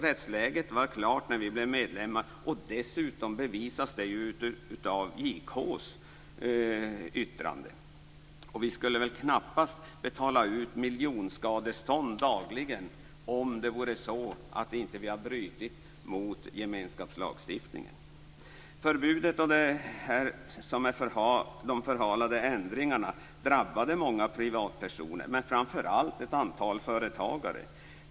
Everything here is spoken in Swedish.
Rättsläget var klart när vi blev medlemmar, och dessutom bevisas det ju av JK:s yttrande. Vi skulle väl knappast betala ut miljonskadestånd dagligen om det inte vore så att vi har brutit mot gemenskapslagstiftningen. Förbudet och de förhalade ändringarna drabbade många privatpersoner, men framför allt ett antal företagare.